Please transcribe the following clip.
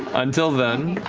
until then,